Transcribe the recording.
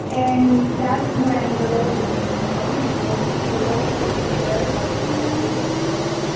and that's when the lawlessness come in because the law's supposed to be for everybody not for a group of people, yeah.